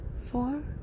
four